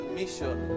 mission